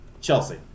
Chelsea